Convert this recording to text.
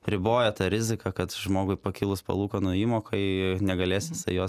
riboja tą riziką kad žmogui pakilus palūkanų įmokai negalės visa jos